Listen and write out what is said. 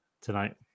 tonight